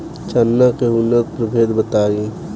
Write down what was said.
चना के उन्नत प्रभेद बताई?